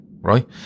right